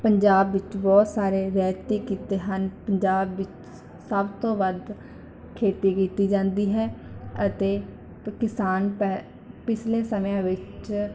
ਪੰਜਾਬ ਵਿੱਚ ਬਹੁਤ ਸਾਰੇ ਰਿਆਇਤੀ ਕਿੱਤੇ ਹਨ ਪੰਜਾਬ ਵਿੱਚ ਸਭ ਤੋਂ ਵੱਧ ਖੇਤੀ ਕੀਤੀ ਜਾਂਦੀ ਹੈ ਅਤੇ ਕਿਸਾਨ ਪਹਿ ਪਿਛਲੇ ਸਮਿਆਂ ਵਿੱਚ